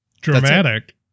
Dramatic